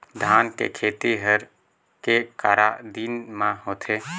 धान के खेती हर के करा दिन म होथे?